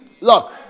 look